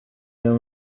uyu